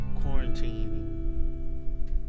quarantine